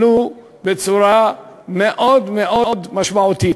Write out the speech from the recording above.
בחקלאות עלו בצורה מאוד מאוד משמעותית,